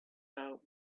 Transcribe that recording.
are